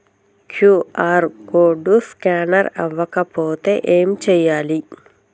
QR code scanner అవ్వకపోతే ఏం చేయాలి?